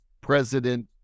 president